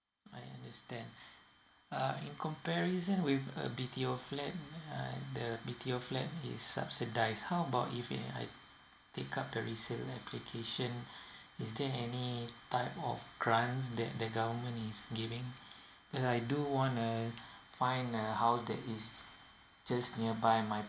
I understand uh in comparison with a B_T_O flat uh the B_T_O flat is subsidise how about if eh I take up the resale application is there any type of grant that the government is giving as I do want uh find a house that is just nearby my